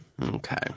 Okay